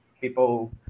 people